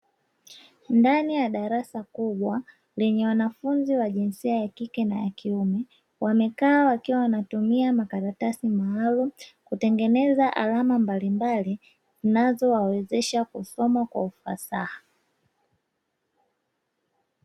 Ndani ya darasa kubwa lenye wanafunzi wa jinsia ya kike na ya kiume, wamekaa wakiwa wanatumia makaratasi maalumu kutengeneza alama mbalimbali zinazowawezesha kusoma kwa ufasaha.